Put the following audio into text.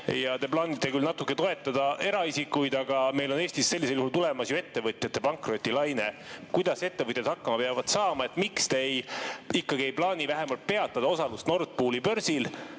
Te planeerite küll natuke toetada eraisikuid, aga meil on Eestis sellisel juhul tulemas ju ettevõtjate pankrotilaine. Kuidas ettevõtjad hakkama peavad saama? Miks te ei plaani vähemalt peatada osalust Nord Pooli börsil,